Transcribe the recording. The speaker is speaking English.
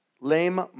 Lame